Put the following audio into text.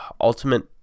ultimate